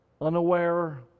unaware